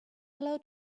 hello